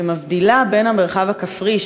שמבדילה בין המרחב הכפרי,